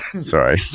sorry